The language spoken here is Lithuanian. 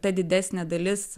ta didesnė dalis